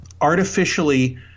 artificially